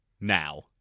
now